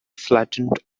flattened